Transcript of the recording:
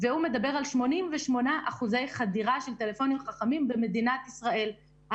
והוא מדבר על 88% חדירה של טלפונים חכמים במדינת ישראל.